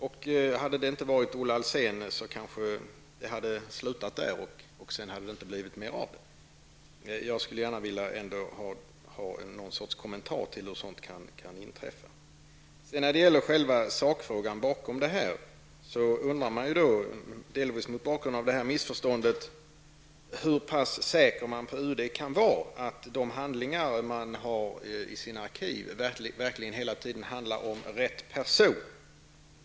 Om journalisten inte hade varit Olle Alsén kanske det hade slutat där och inte blivit mera av det. Jag skulle gärna vilja ha en kommentar till hur sådant kan inträffa. När det gäller själva sakfrågan bakom undrar jag, delvis mot bakgrund av detta missförstånd, hur pass säker man på UD kan vara på att de handlingar man har i sina arkiv verkligen hela tiden handlar om rätt person.